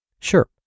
Sure